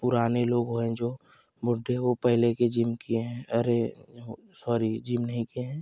पुराने लोग हें जो बुड्ढे हो पहले के जिम किए हैं अरे सॉरी जिम नहीं किए हैं